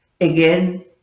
again